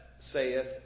saith